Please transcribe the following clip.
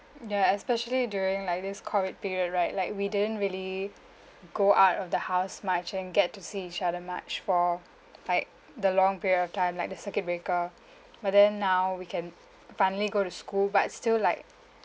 ya especially during like this COVID period right like we didn't really go out of the house much and get to see each other much for like the long period of time like the circuit breaker but then now we can finally go to school but it's still like